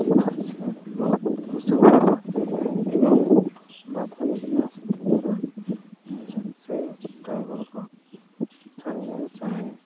ଯିବା ଆସିବାରେ ବହୁତ ଅସୁବିଧା ଏବଂ ବାଧା ବିଘ୍ନ ଆସୁଥିବାରୁ ମୁଁ ସେ ଡ୍ରାଇଭର୍କୁ ଛାଡ଼ିବାକୁ ଚାହେଁ